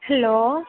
hello